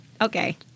Okay